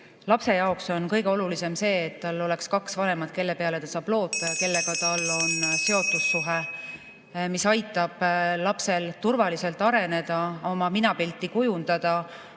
lapse jaoks on kõige olulisem see, et tal oleks kaks vanemat, kelle peale ta saab loota ja kellega tal on seotussuhe, mis aitab lapsel turvaliselt areneda, oma minapilti kujundada